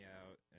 out